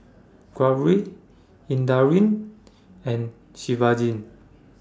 Gauri Indranee and Shivaji